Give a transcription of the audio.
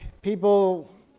people